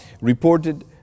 reported